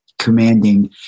commanding